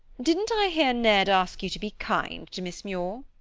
didn't i hear ned ask you to be kind to miss muir?